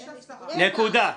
נקודה.